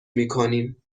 میکنیم